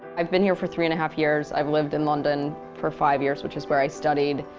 i've been here for three and a half years. i've lived in london for five years which is where i studied.